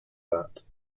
that